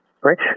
right